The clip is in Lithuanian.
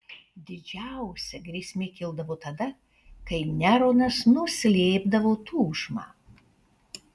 didžiausia grėsmė kildavo tada kai neronas nuslėpdavo tūžmą